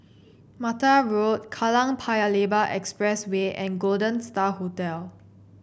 Mattar Road Kallang Paya Lebar Expressway and Golden Star Hotel